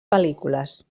pel·lícules